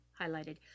highlighted